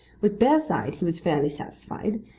with bearside he was fairly satisfied,